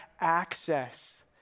access